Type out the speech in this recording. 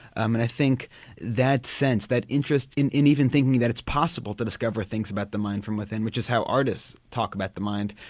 and i think that sense, that interest in in even thinking that it's possible to discover things about the mind from within which is how artists talk about the mind,